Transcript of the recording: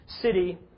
city